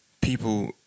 people